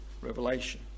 Revelation